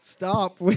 Stop